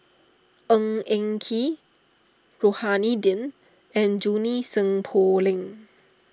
Ng Eng Kee Rohani Din and Junie Sng Poh Leng